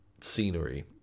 scenery